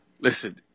Listen